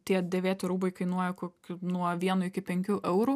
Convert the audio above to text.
tie dėvėti rūbai kainuoja kokiu nuo vieno iki penkių eurų